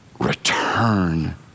Return